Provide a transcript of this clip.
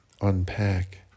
unpack